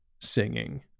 singing